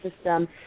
system